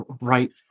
right